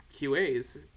QAs